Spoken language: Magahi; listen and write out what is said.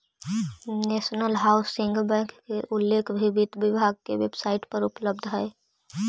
नेशनल हाउसिंग बैंक के उल्लेख भी वित्त विभाग के वेबसाइट पर उपलब्ध हइ